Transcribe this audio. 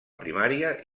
primària